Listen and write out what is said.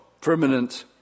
permanent